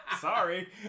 sorry